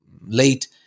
late